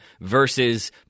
versus